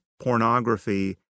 pornography